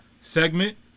segment